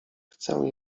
chcę